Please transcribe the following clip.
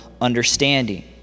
understanding